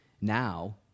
Now